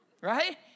right